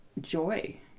joy